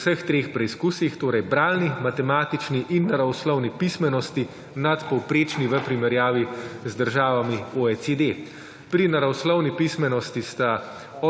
v vseh treh preizkusih, torej bralni, matematični in naravoslovni pismenosti, nadpovprečni v primerjavi z državami OECD. Pri naravoslovni pismenosti sta